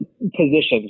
positions